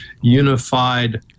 unified